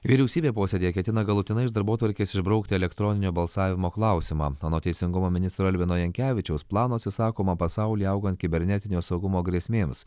vyriausybė posėdyje ketina galutinai iš darbotvarkės išbraukti elektroninio balsavimo klausimą anot teisingumo ministro elvino jankevičiaus plano atsisakoma pasaulyje augant kibernetinio saugumo grėsmėms